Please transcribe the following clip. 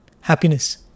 happiness